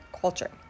culture